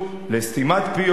לסתימת פיות,